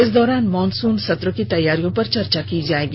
इस दौरान मॉनसून सत्र की तैयारियों पर चर्चा की जायेगी